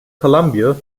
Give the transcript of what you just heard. colombia